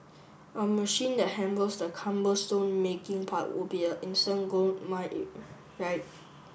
a machine that handles the cumbersome making part would be a instant goldmine it right